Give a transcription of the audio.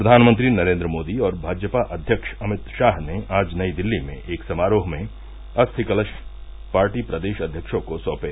प्रधानमंत्री नरेन्द्र मोदी और भाजपा अध्यक्ष अमित शाह ने आज नई दिल्ली में एक समारोह में अस्थि कलश पार्टी प्रदेश अध्यक्षों को सौंपे